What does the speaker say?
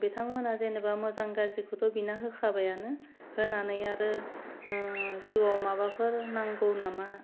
बिथांमोनहा जेनेबा मोजां गाज्रिखौथ' बिना होखाबायानो होनानै आरो जिवाव माबाफोर नांगौ नामा